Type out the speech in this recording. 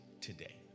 today